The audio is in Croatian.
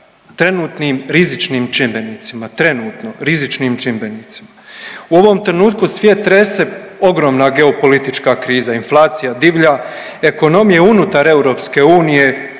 trenutnim rizičnim čimbenicima, trenutno rizičnim čimbenicima. U ovom trenutku svijet trese ogromna geopolitička kriza, inflacija divlja, ekonomije unutar EU